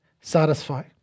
satisfy